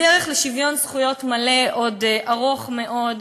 הדרך לשוויון זכויות מלא עוד ארוכה מאוד,